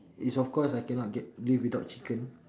is of course I can not get live without chicken